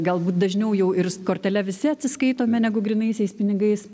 galbūt dažniau jau ir kortele visi atsiskaitome negu grynaisiais pinigais